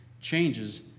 changes